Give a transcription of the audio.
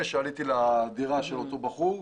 וזאת לפני שעליתי לדירה של אותו בחור.